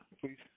please